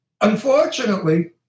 Unfortunately